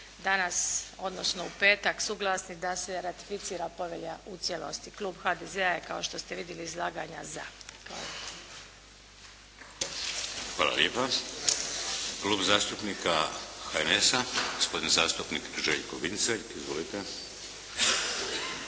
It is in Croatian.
danas, odnosno u petak suglasni da se ratificira povelja u cijelosti. Klub HDZ-a je kao što ste vidjeli iz izlaganja za. **Šeks, Vladimir (HDZ)** Klub zastupnika HNS-a gospodin zastupnik Željko Vincelj. Izvolite.